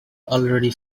already